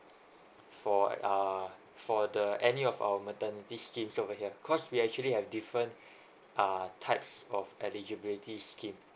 for uh for the any of our maternity scheme over here cause we actually have different uh types of eligibility scheme